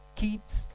keeps